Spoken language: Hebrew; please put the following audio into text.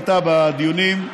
עלתה בדיונים.